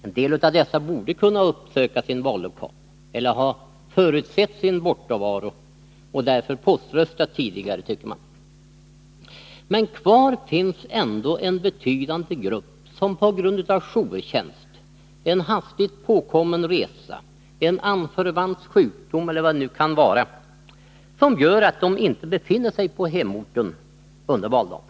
En del av dessa borde kunna uppsöka sin vallokal, eller ha förutsett sin bortavaro och därför poströstat tidigare, tycker man. Men kvar finns ändå en betydande grupp som på grund Nr 153 av jourtjänst, en hastigt påkommen resa, en anförvants sjukdom eller vad det Måndagen den nu kan vara som gör att de inte befinner sig på hemorten under valdagen.